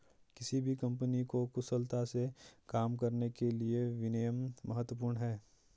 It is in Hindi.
किसी भी कंपनी को कुशलता से काम करने के लिए विनियम महत्वपूर्ण हैं